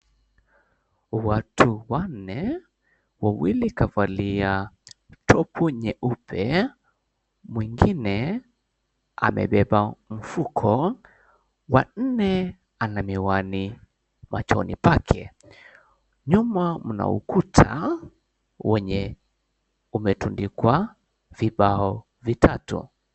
Watu wanne, wawili kavalia topu nyeupe, mwingine amebeba mfuko, wa nne ana miwani machoni pake. Nyuma mna ukuta wenye umetundikwa vibao vitatu.